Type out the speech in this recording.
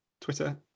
Twitter